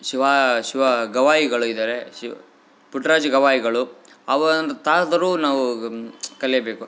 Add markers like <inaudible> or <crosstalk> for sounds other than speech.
ಶಿವಾ ಶಿವ ಗವಾಯಿಗಳು ಇದಾರೆ ಶಿವ್ ಪುಟ್ರಾಜು ಗವಾಯಿಗಳು <unintelligible> ನಾವು ಕಲಿಯಬೇಕು